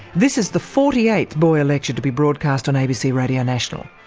this is the forty eighth boyer lecture to be broadcast on abc radio national.